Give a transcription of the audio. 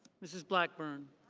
mrs. blackburn.